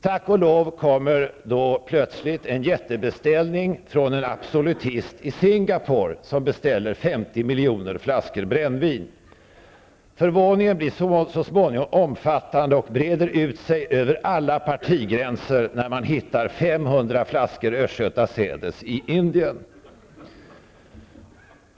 Tack och lov kommer då plötsligt en jättebeställning på 50 miljoner flaskor brännvin från en absolutist i Singapore. Förvåningen blir så småningom omfattande och breder ut sig över alla partigränser när man hittar 500 flaskor Östgöta